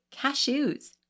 cashews